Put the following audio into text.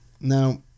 Now